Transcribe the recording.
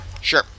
Sure